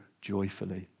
joyfully